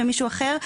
ומישהו אחר,